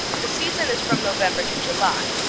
the season is from november to july.